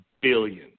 billion